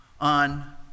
on